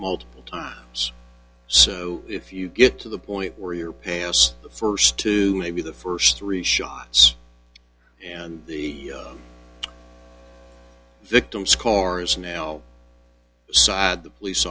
multiple times so if you get to the point where you're past the st two maybe the st three shots and the victim's cars now side the police